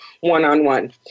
one-on-one